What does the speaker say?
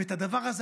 והדבר הזה,